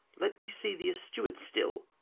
let me see thee a steward still,